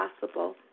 possible